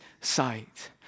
sight